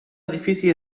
edifici